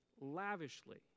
lavishly